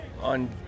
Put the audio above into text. on